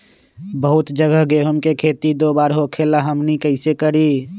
बहुत जगह गेंहू के खेती दो बार होखेला हमनी कैसे करी?